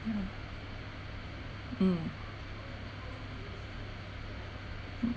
yeah mm mm